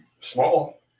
small